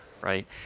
Right